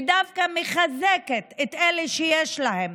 ודווקא מחזקת את אלה שיש להם: